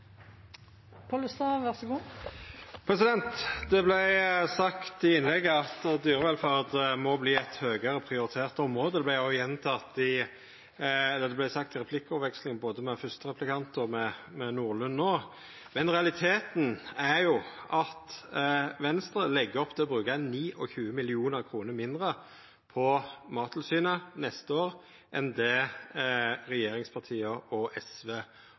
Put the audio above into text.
høgare prioritert område. Det vart òg sagt i replikkvekslinga med både den fyrste replikanten og med representanten Nordlund no. Men realiteten er jo at Venstre legg opp til å bruka 29 mill. kr mindre på Mattilsynet neste år enn det regjeringspartia og SV